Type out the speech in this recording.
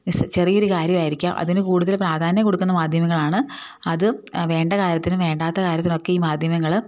ചെറിയ ഒരു കാര്യമായിരിക്കാം അതിന് കൂടുതൽ പ്രാധാന്യം കൊടുക്കുന്ന മാധ്യമങ്ങളാണ് അത് വേണ്ട കാര്യത്തിനും വേണ്ടാത്ത കാര്യത്തിനൊക്കെ ഈ മാധ്യമങ്ങൾ